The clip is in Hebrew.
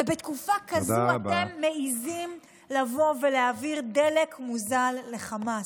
ובתקופה כזו אתם מעיזים לבוא ולהעביר דלק מוזל לחמאס,